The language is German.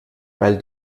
weil